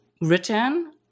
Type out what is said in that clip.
written